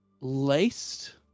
laced